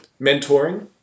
mentoring